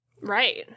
Right